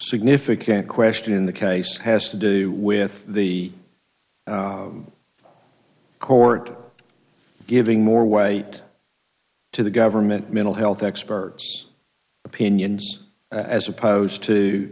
significant question in the case has to do with the court giving more why to the government mental health experts opinions as opposed to